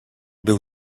był